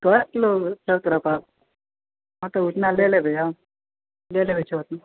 कै किलो छह तोरा पास हँ तऽ उतना लय लेबय हम ले लेबय छओ किलो